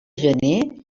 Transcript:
gener